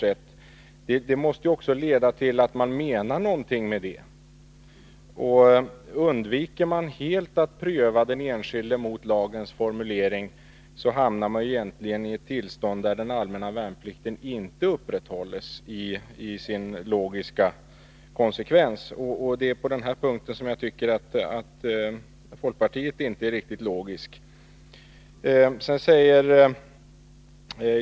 Men måste ju mena någonting med dessa villkor. Undviker man helt att pröva den enskilde mot lagen, hamnar man i ett tillstånd där den allmänna värnplikten inte upprätthålls i sin logiska konsekvens. På denna punkt tycker jag att folkpartiet inte är riktigt logiskt.